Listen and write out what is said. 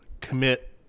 commit